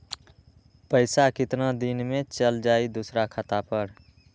पैसा कितना दिन में चल जाई दुसर खाता पर?